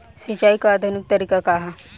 सिंचाई क आधुनिक तरीका का ह?